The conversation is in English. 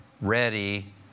ready